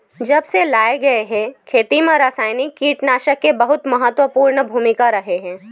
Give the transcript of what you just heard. जब से लाए गए हे, खेती मा रासायनिक कीटनाशक के बहुत महत्वपूर्ण भूमिका रहे हे